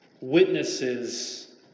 witnesses